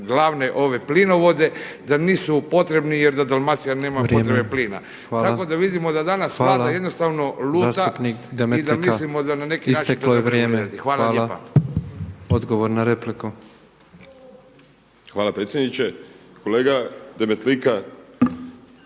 Hvala predsjedniče. Kolega Demetlika,